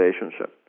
relationship